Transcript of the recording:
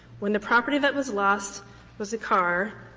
when the property that was lost was a car,